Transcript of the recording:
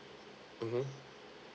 mmhmm